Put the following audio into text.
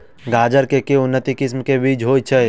गाजर केँ के उन्नत किसिम केँ बीज होइ छैय?